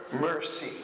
mercy